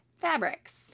fabrics